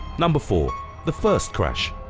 number four the first crash